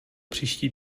příští